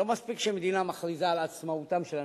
לא מספיק שמדינה מכריזה על עצמאותם של אנשים.